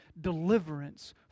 deliverance